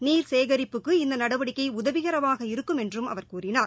நீர் சேகரிப்புக்கு இந்த நடவடிக்கை உதவிகரமாக இருக்கும் என்றும் அவர் கூறினார்